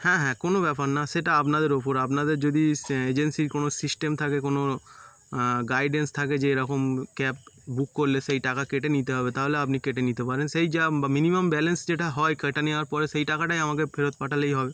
হ্যাঁ হ্যাঁ কোনো ব্যাপার না সেটা আপনাদের ওপর আপনাদের যদি সে এজেন্সির কোনো সিস্টেম থাকে কোনো গাইডেন্স থাকে যে এরকম ক্যাব বুক করলে সেই টাকা কেটে নিতে হবে তাহলে আপনি কেটে নিতে পারেন সেই যা মিনিমাম ব্যালেন্স যেটা হয় কেটে নেওয়ার পরে সেই টাকাটাই আমাকে ফেরত পাঠালেই হবে